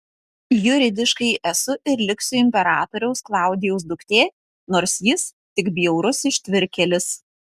juridiškai esu ir liksiu imperatoriaus klaudijaus duktė nors jis tik bjaurus ištvirkėlis